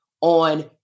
on